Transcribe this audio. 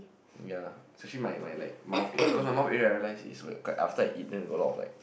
ya especially my my like mouth area because my mouth area I realize is after I eat then got a lot like